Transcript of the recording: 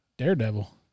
Daredevil